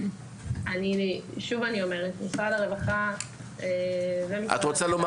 אני אומרת שוב: משרד הרווחה --- את רוצה לומר